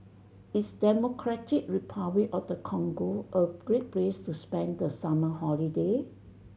is Democratic Republic of the Congo a great place to spend the summer holiday